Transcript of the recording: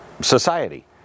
society